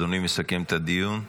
אדוני מסכם את הדיון?